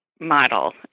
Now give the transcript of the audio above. model